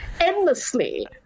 endlessly